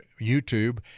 YouTube